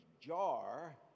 jar